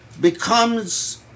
becomes